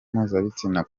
mpuzabitsina